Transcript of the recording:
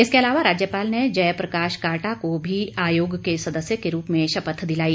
इसके अलावा राज्यपाल ने जय प्रकाश काल्टा को भी आयोग के सदस्य के रूप में शपथ दिलाई